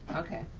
okay,